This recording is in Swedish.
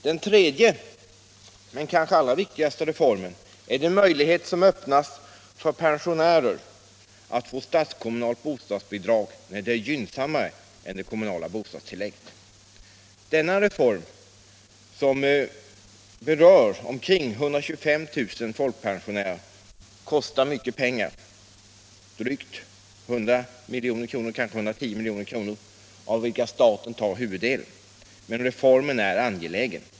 Den tredje och kanske viktigaste reformen är den möjlighet som öppnas för pensionärer att få statskommunalt bostadsbidrag när detta är gynnsammare än det kommunala bostadstillägget. Denna reform, som berör omkring 125 000 folkpensionärer, kostar mycket pengar, 100-110 milj.kr., av vilka staten skjuter till huvuddelen. Men reformen är angelägen.